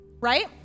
Right